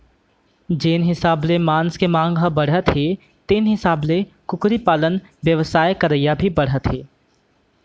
जेन हिसाब ले मांस के मांग ह बाढ़त हे तेन हिसाब ले कुकरी पालन बेवसाय करइया भी बाढ़त हें